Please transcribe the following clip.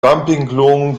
dumpinglohn